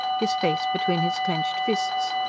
his face between his clenched fists.